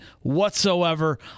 whatsoever